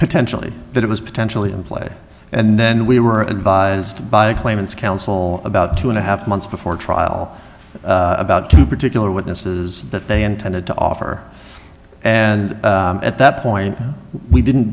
potentially that was potentially in play and then we were advised by a claimant's counsel about two and a half months before trial about two particular witnesses that they intended to offer and at that point we didn't